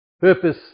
Purpose